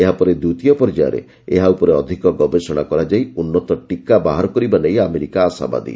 ଏହାପରେ ଦ୍ୱିତୀୟ ପର୍ଯ୍ୟାୟରେ ଏହା ଉପରେ ଅଧିକ ଗବେଷଣା କରାଯାଇ ଉନ୍ନତ ଟିକା ବାହାର କରିବା ନେଇ ଆମେରିକା ଆଶାବାଦୀ